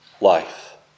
life